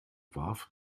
warf